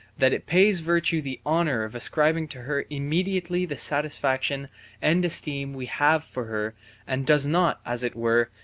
that it pays virtue the honour of ascribing to her immediately the satisfaction and esteem we have for her and does not, as it were,